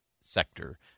sector